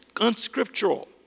unscriptural